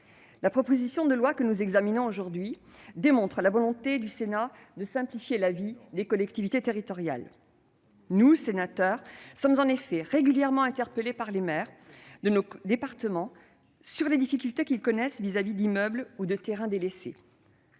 la proposition de loi que nous examinons aujourd'hui démontre la volonté du Sénat de simplifier la vie des collectivités territoriales. Nous, sénateurs, sommes en effet régulièrement interpellés par les maires de nos départements sur les difficultés qu'ils rencontrent concernant des immeubles ou des terrains délaissés.